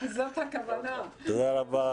תודה רבה